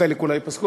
חלק אולי ייפסקו,